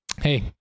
Hey